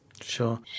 sure